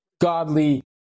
godly